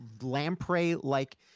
lamprey-like